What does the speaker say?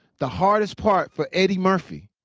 the hardest part for eddie murphy,